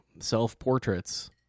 self-portraits